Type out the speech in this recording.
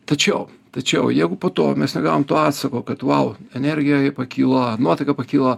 tačiau tačiau jeigu po to mes negavom to atsako kad vau energija jai pakilo nuotaika pakilo